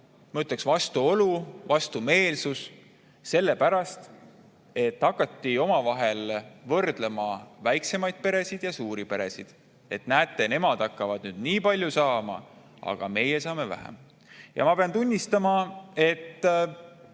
ütleksin, vastuolu ja vastumeelsus sellepärast, et hakati omavahel võrdlema väiksemaid peresid ja suuri peresid, et näete, nemad hakkavad nüüd nii palju saama, aga meie saame vähem. Ma pean tunnistama, et